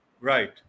Right